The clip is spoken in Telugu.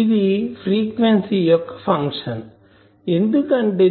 ఇది ఫ్రీక్వెన్సీ యొక్క ఫంక్షన్ ఎందుకు అంటే